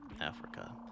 Africa